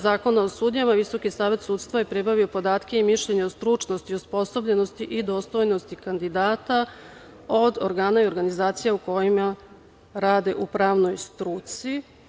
Zakona o sudijama, Visoki savet sudstva je pribavio podatke i mišljenja o stručnosti, osposobljenosti i dostojnosti kandidata od organa i organizacija u kojima rade u pravnoj struci.